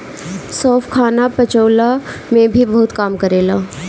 सौंफ खाना पचवला में भी बहुते काम करेला